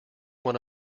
one